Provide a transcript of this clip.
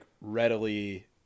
readily